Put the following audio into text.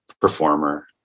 performer